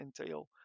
entail